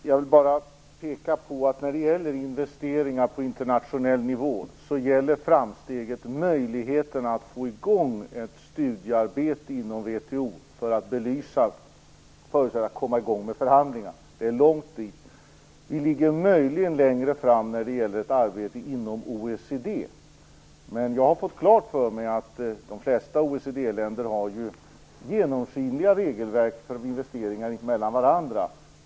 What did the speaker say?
Herr talman! Jag vill bara peka på att när det gäller investeringar på internationell nivå gäller framsteget möjligheten att få i gång ett studiearbete inom VHO för att belysa detta innan vi kan komma i gång med förhandlingar. Det är långt dit. Vi ligger möjligen längre fram när det gäller ett arbete inom OECD. Men jag har fått klart för mig att de flesta OECD-länder har genomskinliga regelverk för investeringar sinsemellan.